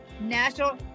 National